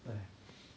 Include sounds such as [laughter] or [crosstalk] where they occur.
[breath]